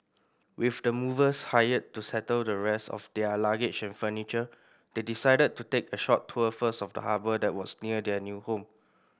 with the movers hired to settle the rest of their luggage and furniture they decided to take a short tour first of the harbour that was near their new home